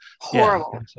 Horrible